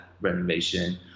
renovation